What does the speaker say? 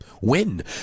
win